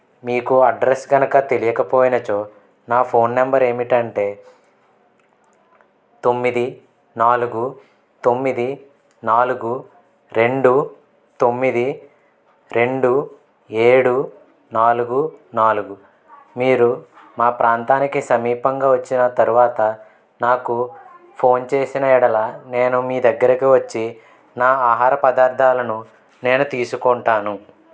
మీకు అడ్రస్ గనక తెలియకపోయినాచో నా ఫోన్ నెంబర్ ఏమిటంటే తొమ్మిది నాలుగు తొమ్మిది నాలుగు రెండు తొమ్మిది రెండు ఏడు నాలుగు నాలుగు మీరు మా ప్రాంతానికి సమీపంగా వచ్చిన తర్వాత నాకు ఫోన్ చేసిన ఎడల నేను మీ దగ్గరకు వచ్చి నా ఆహార పదార్థాలను నేను తీసుకుంటాను